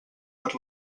per